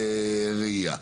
לקצרי ראייה,